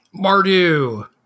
Mardu